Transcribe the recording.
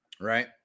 Right